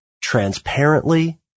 transparently